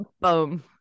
boom